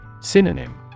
Synonym